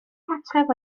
cartref